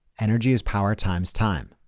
energy is power times time.